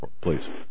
please